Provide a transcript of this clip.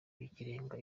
by’ikirenga